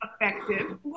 Effective